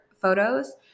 photos